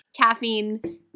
caffeine